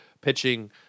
pitching